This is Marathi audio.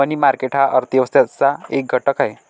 मनी मार्केट हा अर्थ व्यवस्थेचा एक घटक आहे